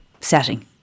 setting